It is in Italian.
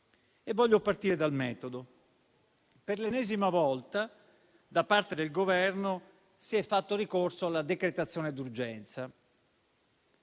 Voglio partire dal metodo. Per l'ennesima volta, da parte del Governo si è fatto ricorso alla decretazione d'urgenza.